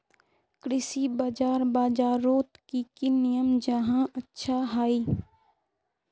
कृषि बाजार बजारोत की की नियम जाहा अच्छा हाई?